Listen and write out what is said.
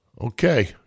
Okay